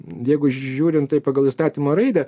jeigu žiūrint tai pagal įstatymo raidę